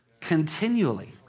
continually